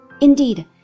Indeed